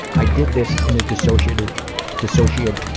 i did this in a disassociated disassociated